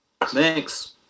thanks